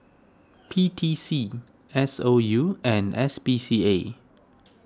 P T C S O U and S P C A